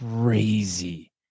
crazy